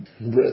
breath